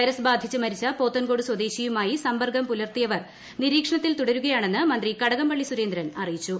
virus ബാധിച്ച് മരിച്ച പോത്തൻകോട് സ്വദേശിയുമായി സമ്പർക്കം പുലർത്തിയവർ നിരീക്ഷണത്തിൽ തുടരുകയാണെന്ന് മന്ത്രി കടകംപള്ളി സുരേന്ദ്രൻ അറിയിച്ചു